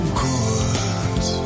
good